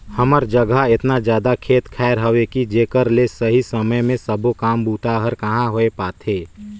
हमर जघा एतना जादा खेत खायर हवे कि जेकर ले सही समय मे सबो काम बूता हर कहाँ होए पाथे